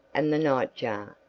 and the nightjar,